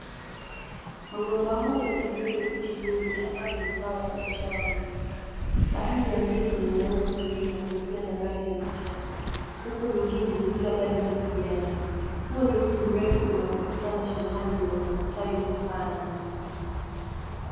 Mgomba huu una ndizi mbichi nyingi, ambazo ni zao la biashara muhimu, baadhi ya ndizi zimeanza kuiva zikiwa na rangi ya manjano, huku nyingine zikiwa bado za kijani, huu ni mti mrefu unaopatikana shambani na una matawi mapana.